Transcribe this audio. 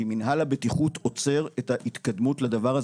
כי מינהל הבטיחות עוצר לדבר הזה את ההתקדמות.